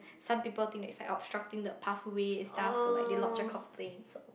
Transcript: some people think that it's like obstructing the pathway and stuff so they like lodge a complaint so